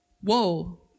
whoa